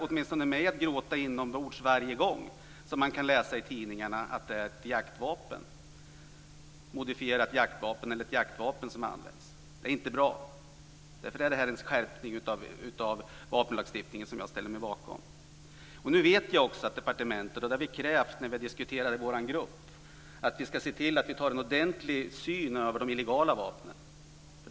Åtminstone jag gråter inombords varje gång jag läser i tidningarna att ett modifierat jaktvapen eller ett jaktvapen använts vid brottslig verksamhet. Det är inte bra. Därför är detta en skärpning av vapenlagstiftningen som jag ställer mig bakom. Nu vet jag också att departementet tycker - det har vi krävt när vi har diskuterat det i vår grupp - att vi ska se över de illegala vapnen ordentligt.